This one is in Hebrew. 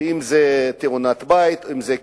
אם זה תאונת בית, אם זה כווייה,